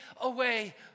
away